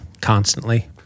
constantly